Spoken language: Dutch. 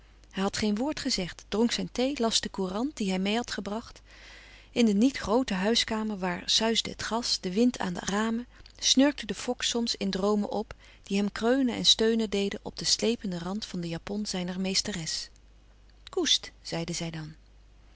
hij had geen woord gezegd dronk zijn thee las de courant die hij meê had gebracht in de niet groote huiskamer waar suisde het gas den wind aan de ramen snurkte de fox soms in droomen op die hem kreunen en steunen deden op den slependen rand van de japon zijner meesteres koest zeide zij dan